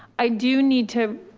i do need to